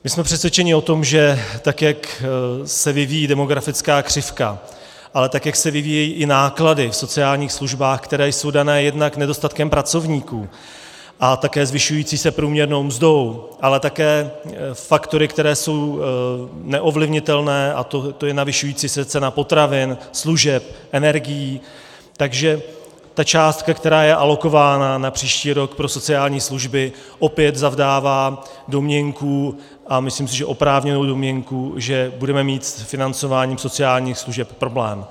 My jsme přesvědčeni o tom, že tak jak se vyvíjí demografická křivka, ale tak jak se vyvíjejí i náklady v sociálních službách, které jsou dané jednak nedostatkem pracovníků a také zvyšující se průměrnou mzdou, ale také faktory, které jsou neovlivnitelné, a to je navyšující se cena potravin, služeb, energií, že ta částka, která je alokována na příští rok pro sociální služby, opět zavdává domněnku, a myslím si, že oprávněnou domněnku, že budeme mít s financováním sociálních služeb problém.